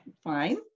fine